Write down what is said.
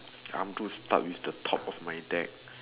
I want to start with the top of my deck